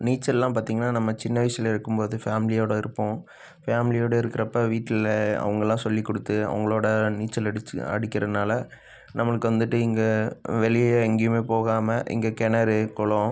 நீச்சலெல்லாம் பார்த்தீங்கன்னா நம்ம சின்ன வயசில் இருக்கும் போது ஃபேமிலியோடு இருப்போம் ஃபேமிலியோடு இருக்கிறப்ப வீட்டில் அவங்கெல்லாம் சொல்லிக் கொடுத்து அவங்களோட நீச்சல் அடிச்சு அடிக்கிறனால நம்மளுக்கு வந்துட்டு இங்கே வெளியே எங்கேயுமே போகாமல் இங்கே கிணறு குளம்